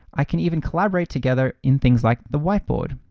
i can even collaborate together in things like the whiteboard.